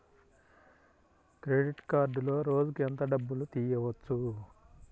Credit కార్డులో రోజుకు ఎంత డబ్బులు తీయవచ్చు?